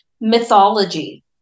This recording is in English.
mythology